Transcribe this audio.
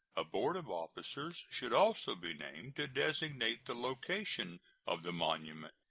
a board of officers should also be named to designate the location of the monument.